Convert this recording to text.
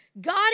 God